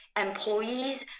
employees